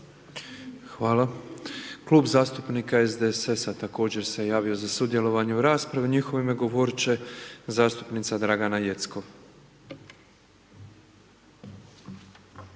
Hvala. Klub zastupnika SDSS-a također se javio za sudjelovanje u raspravi. U njihovo ime govorit će zastupnica Dragana Jeckov.